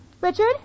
Richard